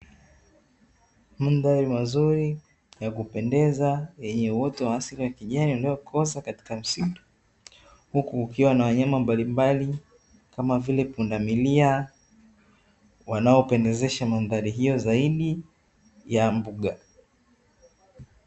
Mandhari mazuri ya kupendeza yenye uoto wa asili wa kijani uliokoza katika msitu, huku kukiwa na wanyama mbalimbali kama vile pundamilia wanaopendezesha mandhari hiyo zaidi ya mbuga.